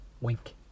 wink